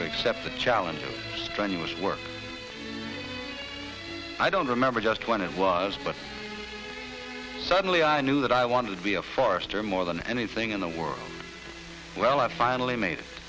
to accept the challenge of strenuous work i don't remember when it was but suddenly i knew that i wanted to be a forester more than anything in the world well i finally made it